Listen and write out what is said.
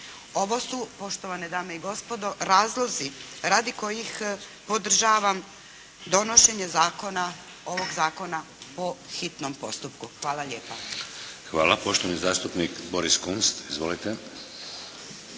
Ovo su poštovane dame i gospodo razlozi radi kojih podržavam donošenje zakona, ovog zakona po hitnom postupku. Hvala lijepa. **Šeks, Vladimir (HDZ)** Hvala. Poštovani zastupnik Boris Kunst. Izvolite.